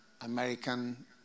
American